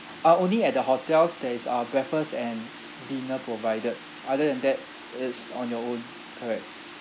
uh only at the hotels there is uh breakfast and dinner provided other than that it's on your own correct